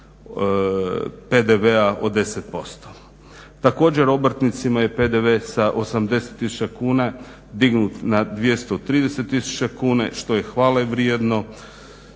PDV-a od 10%. Također obrtnicima je PDV sa 80 tisuća kuna dignut na 230 tisuća kuna što je hvale vrijedno